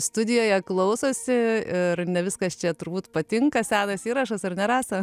studijoje klausosi ir ne viskas čia turbūt patinka senas įrašas ar ne rasa